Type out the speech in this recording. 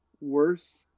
worse